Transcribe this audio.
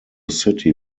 city